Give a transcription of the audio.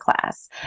class